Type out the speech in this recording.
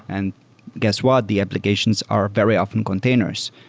and guess what? the applications are very often containers.